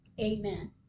Amen